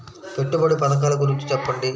పెట్టుబడి పథకాల గురించి చెప్పండి?